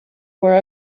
were